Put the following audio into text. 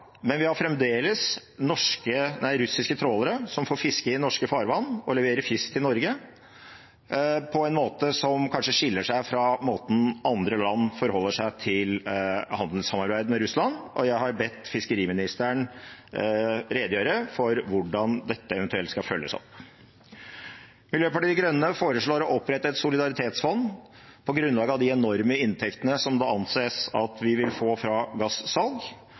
men vi har fremdeles russiske trålere som får fiske i norske farvann og levere fisk til Norge på en måte som kanskje skiller seg fra måten andre land forholder seg til handelssamarbeid med Russland på. Og jeg har bedt fiskeriministeren redegjøre for hvordan dette eventuelt skal følges opp. Miljøpartiet De Grønne foreslår å opprette et solidaritetsfond på grunnlag av de enorme inntektene som det anses at vi vil få fra